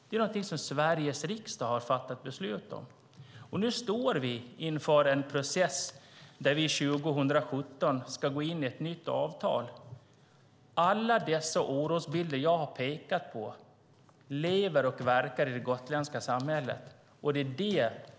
Det är någonting som Sveriges riksdag har fattat beslut om. Nu står vi inför en process där vi 2017 ska gå in i ett nytt avtal. All den oro som jag har pekat på finns bland människor som lever och verkar i det gotländska samhället.